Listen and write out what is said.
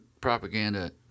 propaganda